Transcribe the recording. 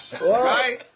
Right